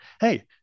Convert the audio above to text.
hey